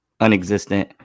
unexistent